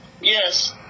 Yes